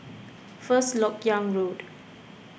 First Lok Yang Road